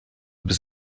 bis